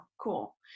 Cool